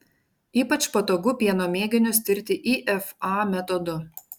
ypač patogu pieno mėginius tirti ifa metodu